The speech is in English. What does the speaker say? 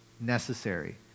necessary